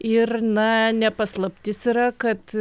ir na ne paslaptis yra kad